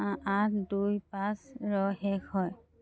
আঠ দুই পাঁচ ৰ শেষ হয়